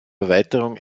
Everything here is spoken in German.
erweiterung